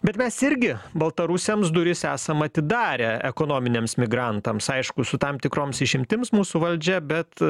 bet mes irgi baltarusiams duris esam atidarę ekonominiams migrantams aišku su tam tikroms išimtims mūsų valdžia bet